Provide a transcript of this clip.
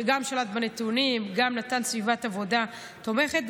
שגם שלט בנתונים, גם נתן סביבת עבודה תומכת.